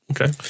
Okay